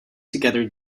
together